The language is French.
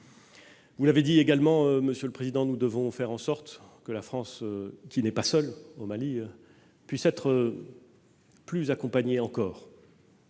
Vous l'avez dit également, monsieur le président, nous devons faire en sorte que la France, qui n'est pas seule au Mali, puisse être plus accompagnée encore.